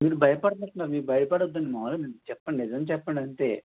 మీరు భయపడుతున్నట్టు ఉన్నారు మీరు భయపడద్దు అండి మాములుగా చెప్పండి నిజం చెప్పండి అంతే